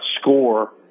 score